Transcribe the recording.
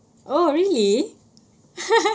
oh really